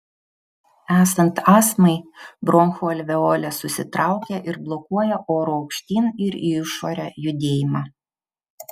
esant astmai bronchų alveolės susitraukia ir blokuoja oro aukštyn ir į išorę judėjimą